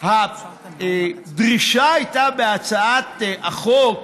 הדרישה בהצעת החוק